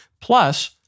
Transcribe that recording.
Plus